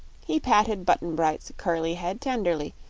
he patted button-bright's curly head tenderly,